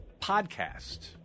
podcast